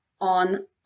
on